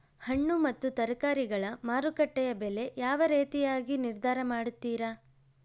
ಹಣ್ಣು ಮತ್ತು ತರಕಾರಿಗಳ ಮಾರುಕಟ್ಟೆಯ ಬೆಲೆ ಯಾವ ರೇತಿಯಾಗಿ ನಿರ್ಧಾರ ಮಾಡ್ತಿರಾ?